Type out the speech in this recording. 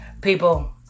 people